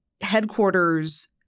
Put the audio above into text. headquarters